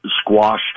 squash